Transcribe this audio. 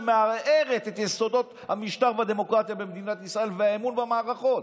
שמערערת את יסודות המשטר והדמוקרטיה במדינת ישראל והאמון במערכות.